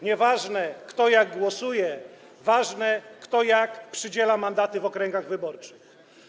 Nieważne, kto jak głosuje, ważne, kto jak przydziela mandaty w okręgach wyborczych.